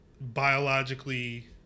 biologically